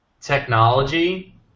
technology